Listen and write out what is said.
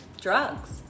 drugs